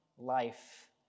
life